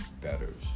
betters